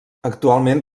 actualment